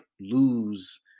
lose